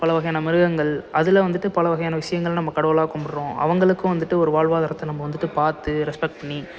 பல வகையான மிருகங்கள் அதில் வந்துட்டு பல வகையான விஷயங்கள் நம்ம கடவுளாக கும்பிட்றோம் அவங்களுக்கும் வந்துட்டு ஒரு வாழ்வாதாரத்தை நம்ம வந்துட்டு பார்த்து ரெஸ்பெக்ட் பண்ணி